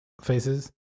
faces